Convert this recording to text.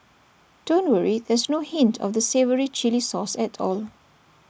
don't worry there's no hint of the savoury Chilli sauce at all